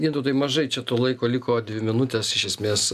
gintautai mažai čia to laiko liko dvi minutes iš esmės